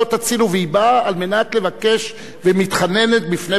היא באה על מנת לבקש, ומתחננת בפני בן-גוריון.